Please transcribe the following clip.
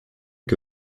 que